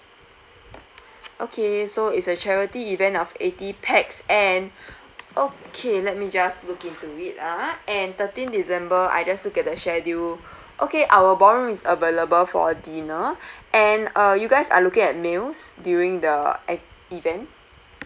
okay so is a charity event of eighty pax and okay let me just look into it ah and thirteen december I just look at the schedule okay our ballroom is available for a dinner and uh you guys are looking at meals during the act~ event